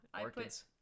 orchids